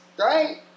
right